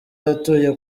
atuye